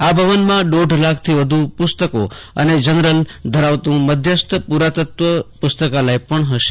આ મકાનમાં દોઢ લાખથી વધ્ પ્રસ્તકો અને જનરલ ધરાવતું મધ્યસ્થ પુરાતત્વ પુસ્તકાલય પણ હશે